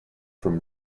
from